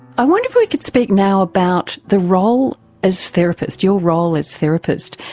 i wonder if we could speak now about the role as therapist, your role as therapist,